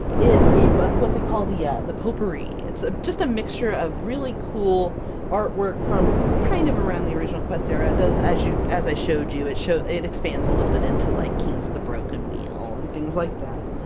is a but what they call the yeah the potpourri. it's ah just a mixture of really cool artwork from kind of around the original quest era. it does, as you as i showed you, it show it expands a little bit into like kings of the broken wheel, and things like that,